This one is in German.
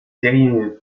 derjenige